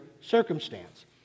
circumstance